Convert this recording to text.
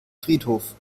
friedhof